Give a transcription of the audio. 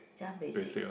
just basic